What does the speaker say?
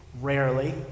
Rarely